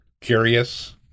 Curious